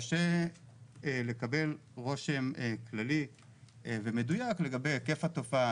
קשה לקבל רושם כללי ומדויק לגבי היקף התופעה,